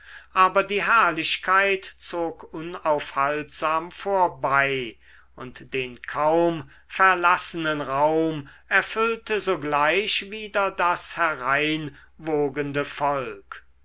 aber die herrlichkeit zog unaufhaltsam vorbei und den kaum verlassenen raum erfüllte sogleich wieder das hereinwogende volk